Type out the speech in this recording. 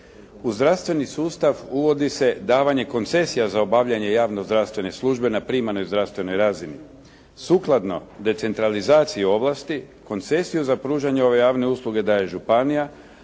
U zdravstveni sustav uvodi se davanje koncesija za obavljanje zdravstvene službe na primarnoj zdravstvenoj razini. Sukladno decentralizaciji ovlasti, koncesiju za pružanje ove javne usluge daje županija,